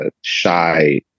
shy